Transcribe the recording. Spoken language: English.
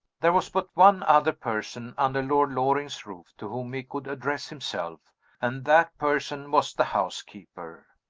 there was but one other person under lord loring's roof to whom he could address himself and that person was the housekeeper.